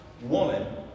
woman